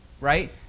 right